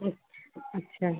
अच्छा अच्छा